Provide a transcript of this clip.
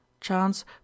chance